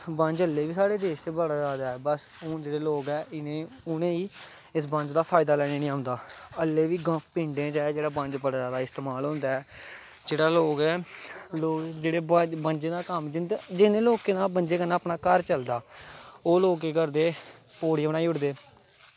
बंज अजें बी साढ़े देश च बड़ा ऐ हून जेह्ड़े लोग ऐं उ'नें गी इक बंज दा फायदा लैनें निं औंदा अज़ें बी पिंडें च बंज बड़ा जादा इस्तेमाल होंदा ऐ जेह्ड़े लोग बंजे दा कम्म जिं'दा जि'नें लोकें दा बंजें कन्नैं घर चलदा ओह् लोग केह् करदे पौड़ी बनाई ओड़दे